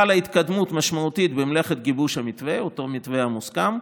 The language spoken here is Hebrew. "חלה התקדמות משמעותית במלאכת גיבוש המתווה" אותו מתווה מוסכם.